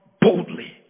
boldly